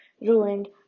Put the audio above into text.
ruined